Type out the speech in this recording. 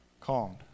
calmed